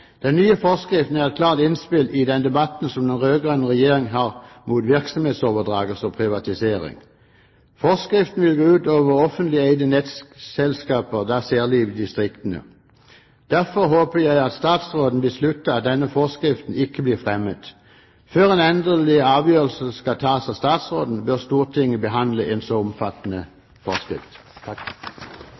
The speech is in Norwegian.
Den nye forskriften er et klart innspill i den debatten som den rød-grønne regjeringen har mot virksomhetsoverdragelse og privatisering. Forskriften vil gå ut over offentlig eide nettselskaper, da særlig i distriktene. Derfor håper jeg at statsråden beslutter at denne forskriften ikke blir fremmet. Før en endelig avgjørelse skal tas av statsråden, bør Stortinget behandle en så omfattende forskrift.